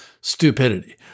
stupidity